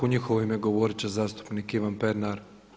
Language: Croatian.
U njihovo ime govoriti će zastupnik Ivan Pernar.